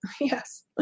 yes